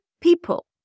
people